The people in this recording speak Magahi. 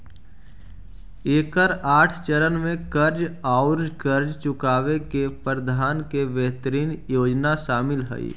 एकर आठ चरण में कर्ज औउर कर्ज चुकावे के प्रबंधन के बेहतरीन योजना शामिल हई